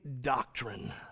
doctrine